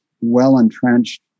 well-entrenched